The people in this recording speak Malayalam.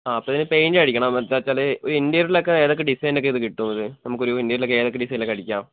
ആ അപ്പോൾ ഇതിന് പെയിൻ്റടിക്കണം എന്താ വെച്ചാൽ ഒരു ഇൻ്റീരിയലൊക്കെ ഏതൊക്കെ ഡിസൈനൊക്കെ ഇത് കിട്ടും ഇത് നമുക്കൊരു ഇൻ്റീരിയലൊക്കെ ഏതൊക്കെ ഡിസൈനിലൊക്കെ അടിക്കാം